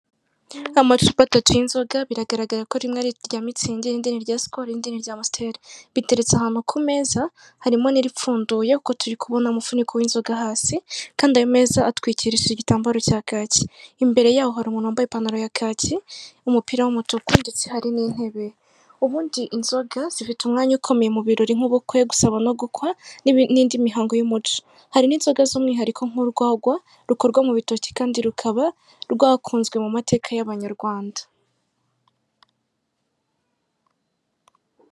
Amacupa atatu y'inzoga biragaragara ko rimwe ari irya Mitsingi, irindi ni irya Sikolo irindi ni iry'Amusiteli, biteretse ahantu ku meza harimo n'iripfunduye kuko turi kubona umufuniko w'inzoga hasi kandi ayo meza atwikirishije igitambaro cya kaki, imbere yayo hari umuntu wambaye ipantaro ya kaki n'umupira w'umutuku ndetse hari n'intebe, ubundi inzoga zifite umwanya ukomeye mu birori nk'ubukwe gusaba no gukwa n'indi mihango y'umuco, hari n'inzoga z'umwihariko nk'urwagwa rukorwa mu bitoke kandi rukaba rwarakunzwe mu mateka y'abanyarwanda.